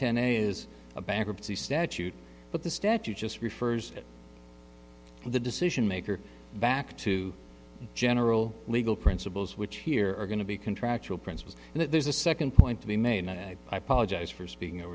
ten is a bankruptcy statute but the statute just refers the decision maker back to general legal principles which here are going to be contractual principles and there's a second point to be made i apologize for speaking